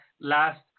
last